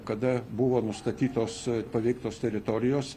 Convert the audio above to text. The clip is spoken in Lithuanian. kada buvo nustatytos paveiktos teritorijos